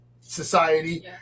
society